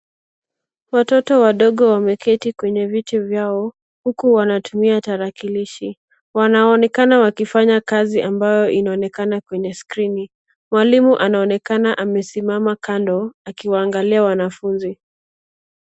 Watoto wadogo wameketi kwenye viti vyao uku wanatumia tarakilishi, wanaonekana wakifanya kazi ambayo inaonekana kwenye skrini. Mwalimu anaonekana amesimama kando akiwaangalia wanafuzi.